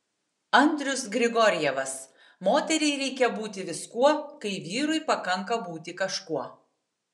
andrius grigorjevas moteriai reikia būti viskuo kai vyrui pakanka būti kažkuo